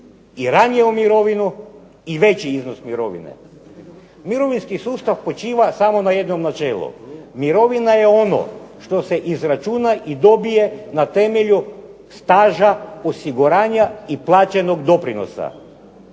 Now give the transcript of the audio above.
i raniju mirovinu i veći iznos mirovine. Mirovinski sustav počiva samo na jednom načelu, mirovina je ono što se izračuna i dobije na temelju staža osiguranja i plaćenog doprinosa.